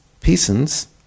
peasants